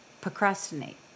Procrastinate